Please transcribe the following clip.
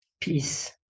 Peace